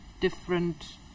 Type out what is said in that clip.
different